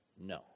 No